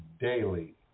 daily